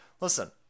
listen